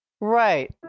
Right